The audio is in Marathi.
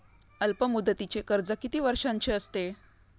अल्पमुदतीचे कर्ज किती वर्षांचे असते?